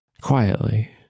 quietly